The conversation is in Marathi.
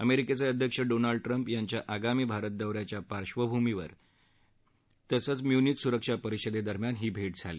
अमेरिकेचेअध्यक्ष डोनाल्ड ट्रम्प यांच्या आगामी भारत दौऱ्याच्या पार्वभूमीवर ही म्यूनिचसुरक्षा परिषदे दरम्यान भेट झाली